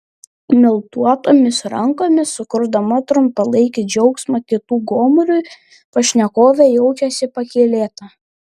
miltuotomis rankomis sukurdama trumpalaikį džiaugsmą kitų gomuriui pašnekovė jaučiasi pakylėta